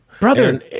brother